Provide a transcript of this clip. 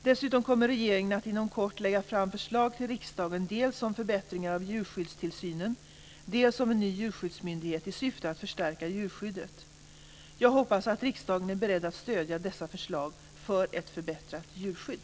Dessutom kommer regeringen att inom kort lägga fram förslag för riksdagen, dels om förbättringar av djurskyddstillsynen, dels om en ny djurskyddsmyndighet i syfte att förstärka djurskyddet. Jag hoppas att riksdagen är beredd att stödja dessa förslag för ett förbättrat djurskydd.